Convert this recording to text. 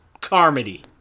Carmody